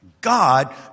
God